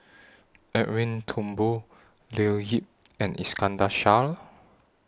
Edwin Thumboo Leo Yip and Iskandar Shah